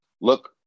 look